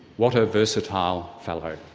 what a versatile fellow.